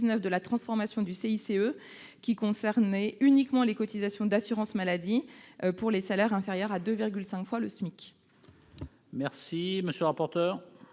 de la transformation du CICE. Celle-ci concernait uniquement les cotisations d'assurance maladie pour les salaires inférieurs à 2,5 fois le SMIC. Quel est l'avis de